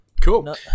Cool